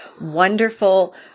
wonderful